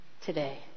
today